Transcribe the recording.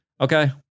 okay